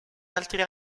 altri